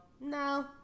no